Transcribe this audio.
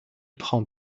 prend